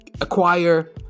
acquire